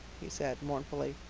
he said mournfully.